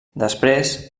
després